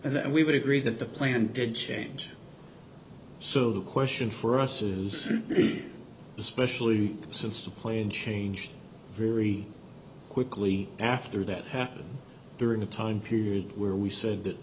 and we would agree that the plan did change so the question for us is especially since the plane changed very quickly after that happened during a time period where we said that